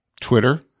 Twitter